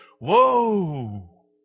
whoa